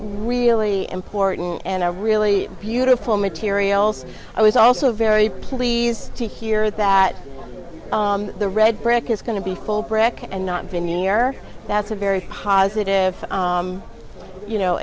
really important and a really beautiful materials i was also very pleased to hear that the red brick is going to be full brick and not been near that's a very positive you know